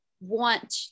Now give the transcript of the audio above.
want